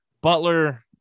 Butler